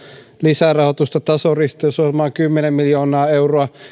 lisärahoitusta tasoristeysohjelmaan kymmenen miljoonaa euroa